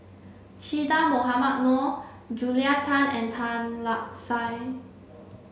Che Dah Mohamed Noor Julia Tan and Tan Lark Sye